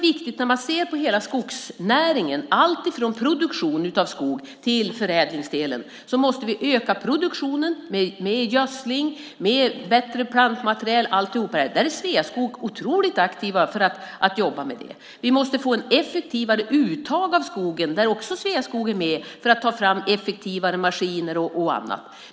I hela skogsnäringen, från produktion av skog till förädlingsdelen, är det viktigt att öka produktionen med gödsling, med bättre plantmaterial och allt sådant. Där är Sveaskog otroligt aktiva. Vi måste få ett effektivare uttag av skogen. Där är Sveaskog också med för att ta fram effektivare maskiner och annat.